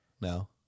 no